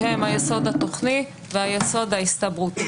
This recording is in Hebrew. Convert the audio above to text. שהם היסוד התוכני והיסוד ההסתברותי.